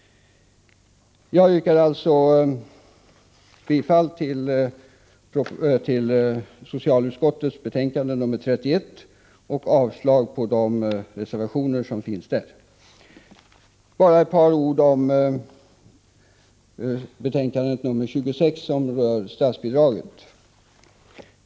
Jag yrkar bifall till socialutskottets hemställan i dess betänkande nr 31 och avslag på de reservationer som finns där. Jag vill också säga ett par ord om betänkandet nr 26, som rör statsbidraget till missbrukarvård m.m.